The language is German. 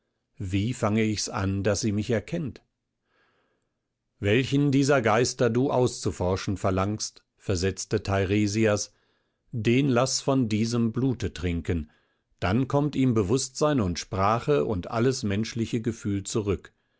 wie fange ich's an daß sie mich erkennt welchen dieser geister du auszuforschen verlangst versetzte teiresias den laß von diesem blute trinken dann kommt ihm bewußtsein und sprache und alles menschliche gefühl zurück